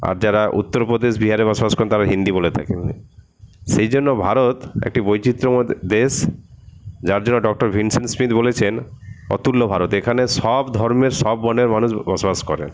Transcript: আর যারা উত্তরপ্রদেশ বিহারে বসবাস করে থাকেন তাঁরা হিন্দি বলে থাকেন সেই জন্য ভারত একটি বৈচিত্র্যময় দেশ যার জন্য ডক্টর ভিনসেন্ট স্মিথ বলেছেন অতুল্য ভারত এখানে সব ধর্মের সব বর্ণের মানুষ বসবাস করেন